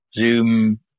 Zoom